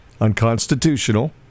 Unconstitutional